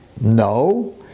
no